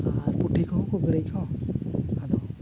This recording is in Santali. ᱟᱨ ᱯᱩᱴᱷᱤ ᱠᱚ ᱦᱚᱸ ᱠᱚ ᱜᱟᱹᱲᱟᱹᱭ ᱠᱚ ᱟᱫᱚ